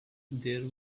there